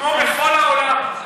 כמו בכל העולם.